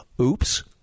Oops